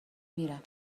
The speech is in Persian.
میرم